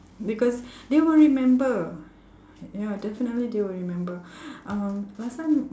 because they will remember ya definitely they will remember um last time